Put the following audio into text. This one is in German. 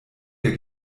der